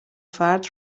فرد